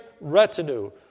retinue